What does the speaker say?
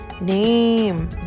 name